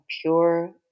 pure